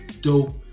dope